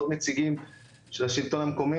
עוד נציגים של השלטון המקומי,